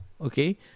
Okay